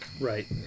Right